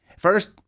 First